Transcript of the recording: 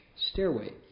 stairway